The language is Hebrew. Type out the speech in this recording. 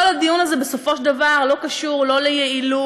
כל הדיון הזה בסופו של דבר לא קשור לא ליעילות,